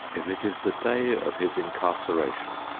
if it is the day of his incarceration,